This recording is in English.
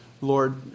Lord